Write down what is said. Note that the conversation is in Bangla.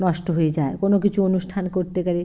নষ্ট হয়ে যায় কোনো কিছু অনুষ্ঠান করতে গেলে